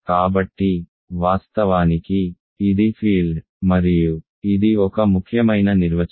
కాబట్టి వాస్తవానికి ఇది ఫీల్డ్ మరియు ఇది ఒక ముఖ్యమైన నిర్వచనం